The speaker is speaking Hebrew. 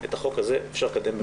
את החוק הזה אפשר לקדם במהירות.